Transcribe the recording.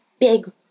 big